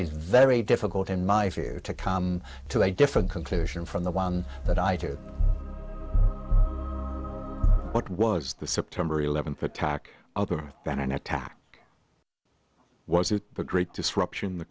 is very difficult in my view to come to a different conclusion from the one that i did what was the september eleventh attack other than an attack was it the great disruption the